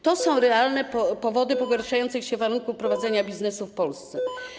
To są realne powody pogarszających się warunków prowadzenia biznesu w Polsce.